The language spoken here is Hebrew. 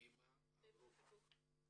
אמה אברבוך.